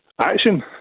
action